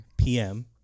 PM